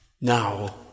Now